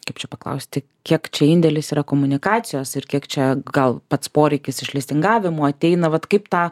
kaip čia paklausti kiek čia indėlis yra komunikacijos ir kiek čia gal pats poreikis iš listingavimo ateina vat kaip tą